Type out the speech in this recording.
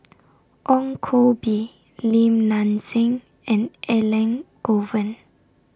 Ong Koh Bee Lim Nang Seng and Elangovan